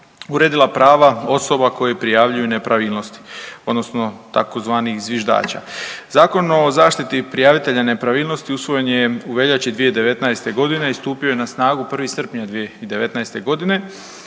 uredila prava osoba koji prijavljuju nepravilnosti, odnosno tzv. zviždača. Zakon o zaštiti prijavitelja nepravilnosti usvojen je u veljači 2019. godine i stupio je na snagu 1. srpnja 2019. godine